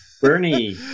Bernie